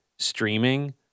streaming